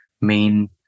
main